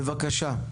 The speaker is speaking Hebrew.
בבקשה.